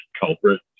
culprit